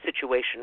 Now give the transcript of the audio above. situation